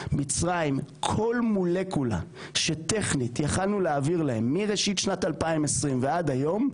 כל מולקולה שטכנית יכולנו להעביר להם מראשית שנת 2020 ועד היום,